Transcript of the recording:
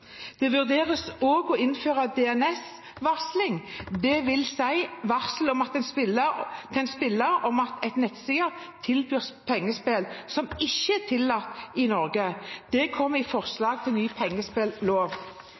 Det vurderes også å innføre DNS-varsling, dvs. et varsel til en spiller om at en nettside tilbyr pengespill som ikke er tillatt i Norge. Dette kommer i